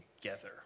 together